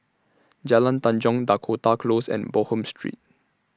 Jalan Tanjong Dakota Close and Bonham Street